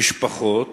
משפחות